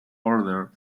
order